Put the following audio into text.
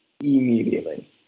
immediately